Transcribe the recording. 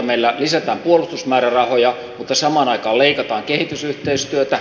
meillä lisätään puolustusmäärärahoja mutta samaan aikaan leikataan kehitysyhteistyötä